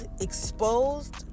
exposed